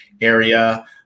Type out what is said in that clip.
area